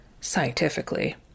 scientifically